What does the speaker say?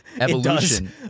evolution